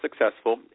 successful